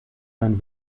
man